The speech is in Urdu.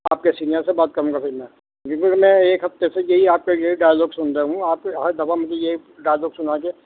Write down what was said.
آپ کے سینئر سے بات کروں گا پھر میں میں ایک ہفتہ سے بھی آپ کا یہی ڈائیلاگ سن رہا ہوں آپ ہر دفعہ مجھے یہی ڈائیلاگ سنا کے